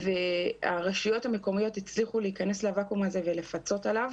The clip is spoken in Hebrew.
והרשויות המקומיות הצליחו להיכנס לוואקום הזה ולפצות עליו.